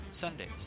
Sundays